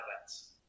events